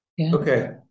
Okay